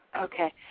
Okay